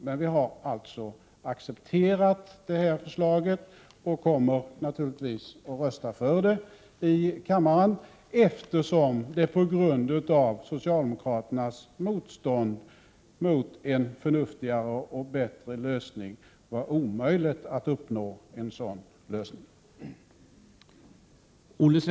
Men vi har alltså accepterat det 6 oktober 1988 här förslaget och kommer naturligtvis att rösta för det i kammaren, eftersom det på grund av socialdemokraternas motstånd mot en förnuftigare och bättre lösning var omöjligt att uppnå en sådan lösning.